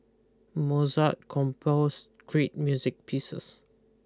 Mozart composed great music pieces